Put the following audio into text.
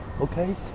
okay